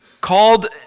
called